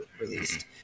released